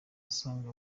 asanga